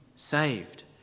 saved